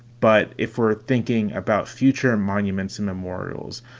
but if we're thinking about future monuments and memorials,